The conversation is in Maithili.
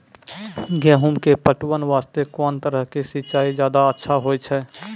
गेहूँ के पटवन वास्ते कोंन तरह के सिंचाई ज्यादा अच्छा होय छै?